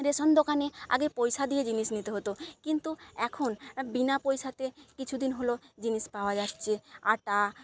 ration দোকানে আগে পয়সা দিয়ে জিনিস নিতে হতো কিন্তু এখন বিনা পয়সাতে কিছুদিন হলো জিনিস পাওয়া যাচ্ছে আটা